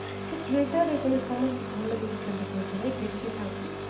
ସେ ଥିଏଟର୍ ପୁଣି ସମସ୍ତେ ଭଲ ବିକୁଛନ୍ତି କହୁଥିଲେ ଟେଷ୍ଟି ଥାଉଛି